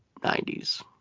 90s